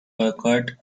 awkward